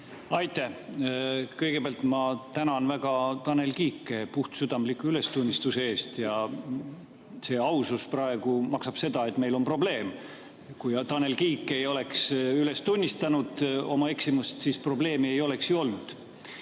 Aitäh! Kõigepealt ma tänan väga Tanel Kiike puhtsüdamliku ülestunnistuse eest. Selle aususe hind on praegu see, et meil on probleem. Kui Tanel Kiik ei oleks üles tunnistanud oma eksimust, siis probleemi ei oleks ju olnud.